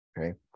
Okay